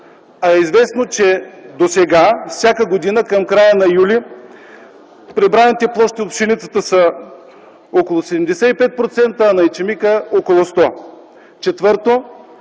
а е известно, че досега всяка година към края на юли прибраните площи от пшеницата са около 75%, а на ечемика – около 100.